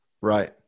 Right